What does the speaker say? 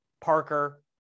Parker